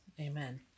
Amen